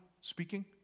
speaking